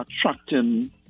attracting